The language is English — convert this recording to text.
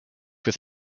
with